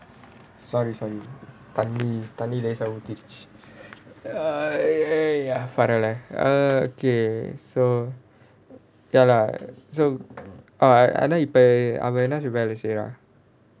sorry sorry தண்ணி தண்ணி லேசா ஊதித்திருச்சு:thanni thanni lesa uthiruchchu oh okay so ya lah so I know ஆனா இப்போ அத என்ன சொல்வாரு:aanaa ippo adha enna solvaaru